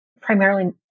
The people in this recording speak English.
primarily